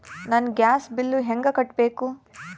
ನನ್ನ gas bill ಹೆಂಗ ಕಟ್ಟಬೇಕು?